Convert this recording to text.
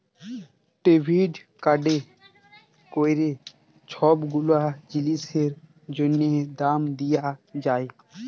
debit কাড়ে ক্যইরে ছব গুলা জিলিসের জ্যনহে দাম দিয়া যায়